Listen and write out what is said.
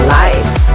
lives